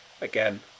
again